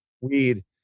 weed